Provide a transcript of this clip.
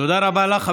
תודה רבה לך.